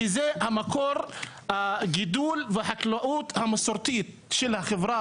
כי זה המקור הגידול והחקלאות המסורתית של החברה